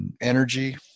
energy